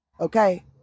okay